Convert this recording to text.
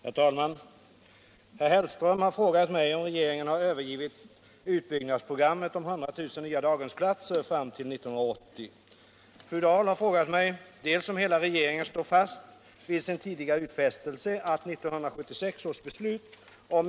och anförde: Herr talman! Herr Hellström har frågat mig om regeringen har övergivit utbyggnadsprogrammet om 100 000 nya daghemsplatser fram till 1980.